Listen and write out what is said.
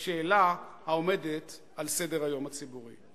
בשאלה העומדת על סדר-היום הציבורי";